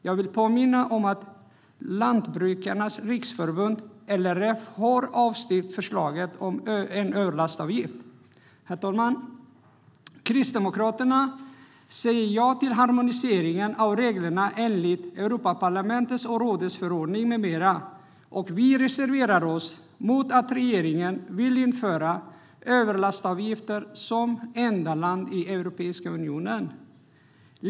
Jag vill påminna om att Lantbrukarnas Riksförbund, LRF, har avstyrkt förslaget om överlastavgift. Herr talman! Kristdemokraterna säger ja till harmonisering av reglerna enligt Europaparlamentets och Europeiska rådets förordning med mera. Vi reserverar oss mot att regeringen vill införa överlastavgifter som enda land i Europeiska unionen.